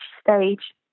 stage